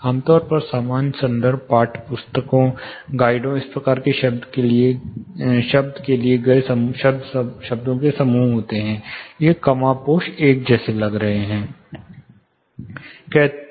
आमतौर पर सामान्य संदर्भ पाठ्य पुस्तकों गाइडों इस प्रकार के शब्दों से लिए गए शब्दों के समूह होते हैं वे कमोबेश एक जैसे लग रहे होते हैं